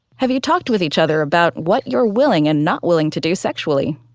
have you talked with each other about what you're willing and not willing to do sexually?